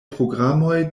programoj